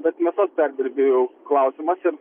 bet mėsos perdirbėjų klausimas ir